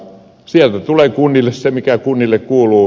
sieltä tulee kunnille se mikä kunnille kuuluu